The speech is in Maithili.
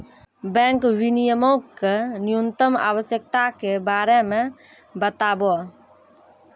बैंक विनियमो के न्यूनतम आवश्यकता के बारे मे बताबो